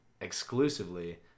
exclusively